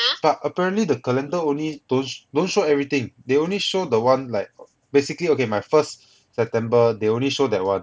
but apparently the calendar only don't don't show everything they only show the one like basically okay my first september they only show that [one]